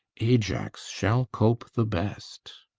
ajax shall cope the best.